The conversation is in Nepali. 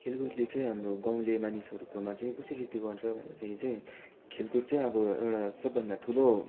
खेलकुदले चाहिँ हाम्रो गाउँले मानिसहरूकोमा चाहिँ कसरी त्यो गर्छ भन्दाखेरि चाहिँ खेलकुद चाहिँ अब एउटा सबभन्दा ठुलो